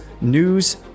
news